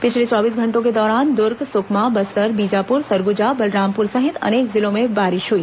पिछले चौबीस घंटों के दौरान दुर्ग सुकमा बस्तर बीजापुर सरगुजा बलरामपुर सहित अनेक जिलों में बारिश हुई